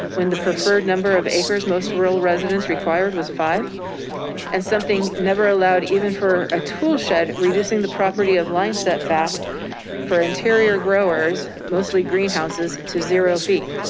when the preferred number of acres most rural residents required was five and something never allowed even for a tool shed, reducing the property of line setback for interior growers, mostly greenhouses to zero feet,